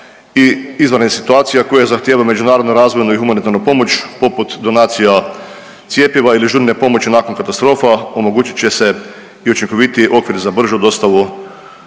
i izvanrednih situacija koje zahtijevaju međunarodnu razvojnu i humanitarnu pomoć poput donacija cjepiva ili žurne pomoći nakon katastrofa omogućit će se i učinkovitiji okvir za bržu dostavu